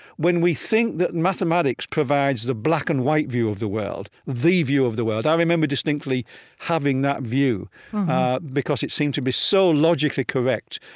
when we think that mathematics provides the black-and-white view of the world the view of the world. i remember distinctly having that view because it seemed to be so logically correct.